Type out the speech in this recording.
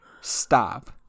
Stop